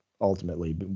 ultimately